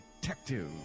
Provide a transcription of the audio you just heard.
Detective